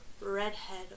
Redhead